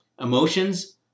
emotions